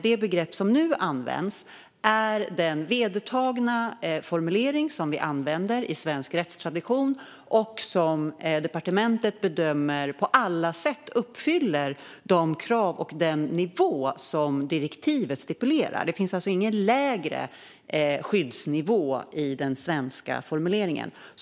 Det begrepp som nu används är den vedertagna formulering som vi använder enligt svensk rättstradition och som departementet bedömer på alla sätt uppfyller de krav och den nivå som direktivet stipulerar. Det finns alltså ingen lägre skyddsnivå i den svenska formuleringen.